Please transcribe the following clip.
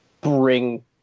bring